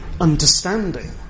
understanding